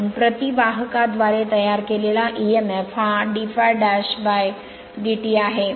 म्हणून प्रति वाहकाद्वारे तयार केलेला emf हा d∅ डॅश dt आहे